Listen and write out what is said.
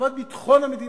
טובת ביטחון המדינה,